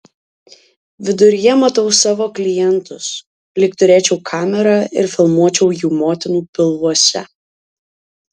viduryje matau savo klientus lyg turėčiau kamerą ir filmuočiau jų motinų pilvuose